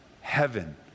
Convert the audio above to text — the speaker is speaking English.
heaven